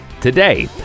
today